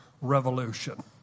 revolution